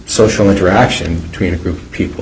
social interaction between a group of people